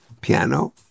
piano